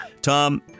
Tom